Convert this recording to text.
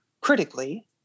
critically